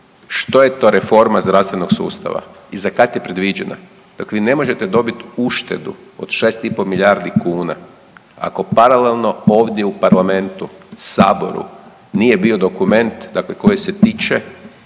što je to reforma zdravstvenog sustava i za kad je predviđena. Dakle vi ne možete dobiti uštedu od 6,5 milijardi kuna, ako paralelno ovdje u parlamentu, Saboru, nije bio dokument dakle koji se tiče,